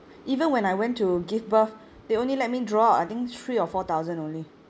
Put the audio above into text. even when I went to give birth they only let me draw out I think three or four thousand only